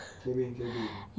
cabin cabin